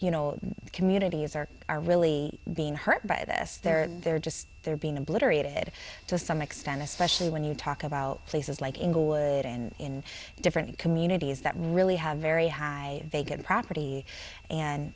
know communities are are really being hurt by this they're just they're being obliterated to some extent especially when you talk about places like inglewood and in different communities that really have very high they get property and